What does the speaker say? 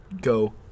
go